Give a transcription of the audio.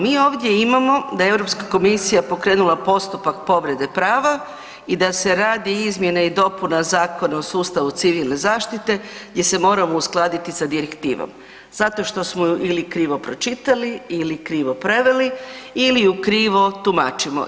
Mi ovdje imamo da je Europska komisija pokrenula postupak povrede prava i da se radi izmjene i dopune Zakona o sustavu civilne zaštite gdje se moramo uskladiti sa direktivom zato što smo ju ili krivo pročitali ili krivo preveli ili ju krivo tumačimo.